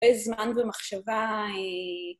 בזמן ובמחשבה